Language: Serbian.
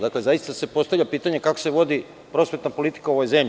Dakle, zaista se postavlja pitanje kako se vodi prosvetna politika u ovoj zemlji.